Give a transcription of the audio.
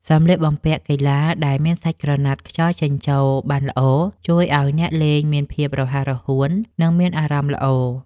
សម្លៀកបំពាក់កីឡាដែលមានសាច់ក្រណាត់ខ្យល់ចេញចូលបានល្អ ជួយឱ្យអ្នកលេងមានភាពរហ័សរហួន និងមានអារម្មណ៍ល្អ។